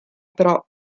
però